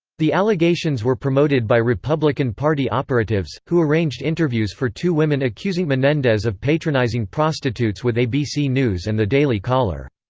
the allegations were promoted by republican party operatives, who arranged interviews for two women accusing menendez of patronizing prostitutes with abc news and the daily caller.